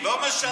לא משנה,